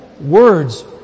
Words